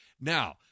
Now